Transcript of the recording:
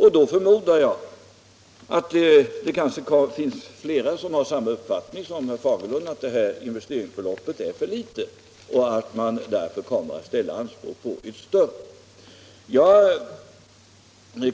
Jag förmodar att det då kommer att finnas fler som visar sig ha samma uppfattning som herr Fagerlund, nämligen att investeringsbeloppet är för litet, och därför ställer anspråk på ett större belopp. Jag